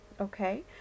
Okay